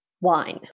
wine